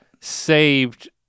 saved